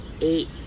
eight